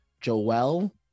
Joel